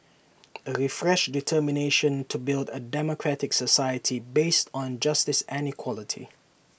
A refreshed determination to build A democratic society based on justice and equality